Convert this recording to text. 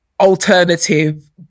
alternative